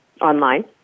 online